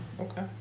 Okay